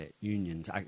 unions